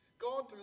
God